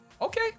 Okay